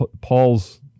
Paul's